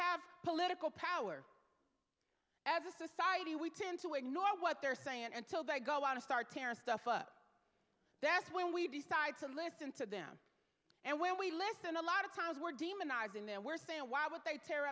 have political power as a society we tend to ignore what they're saying until they go out to start tearing stuff up that's when we decide to listen to them and when we listen a lot of times we're demonizing them were saying why would they tear